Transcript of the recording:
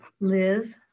live